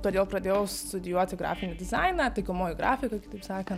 todėl pradėjau studijuoti grafinį dizainą taikomoji grafika kitaip sakant